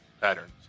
patterns